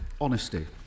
honesty